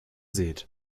sät